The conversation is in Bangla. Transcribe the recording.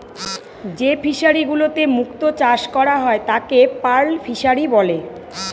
যে ফিশারিগুলোতে মুক্ত চাষ করা হয় তাকে পার্ল ফিসারী বলে